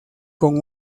con